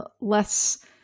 less